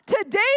today